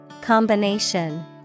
Combination